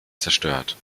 zerstört